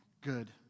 good